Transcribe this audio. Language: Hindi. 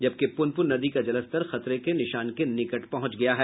जबकि पुनपुन नदि का जलस्तर खतरे के निशान के निकट पहुंच गया है